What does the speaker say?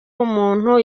umuntu